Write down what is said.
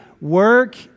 work